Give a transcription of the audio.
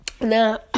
Now